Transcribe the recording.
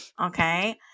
Okay